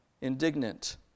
indignant